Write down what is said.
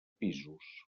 pisos